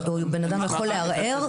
בן אדם יכול לערער,